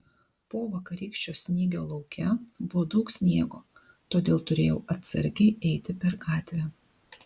po vakarykščio snygio lauke buvo daug sniego todėl turėjau atsargiai eiti per gatvę